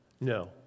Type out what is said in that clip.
No